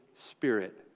Spirit